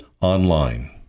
online